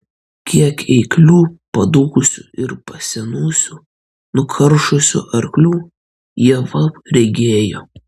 kiek eiklių padūkusių ir pasenusių nukaršusių arklių ieva regėjo